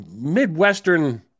midwestern